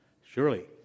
surely